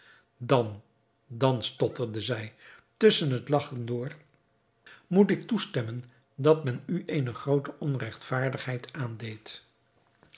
dan dan stotterde zij tusschen het lagchen door moet ik toestemmen dat men u eene groote onregtvaardigheid aandeed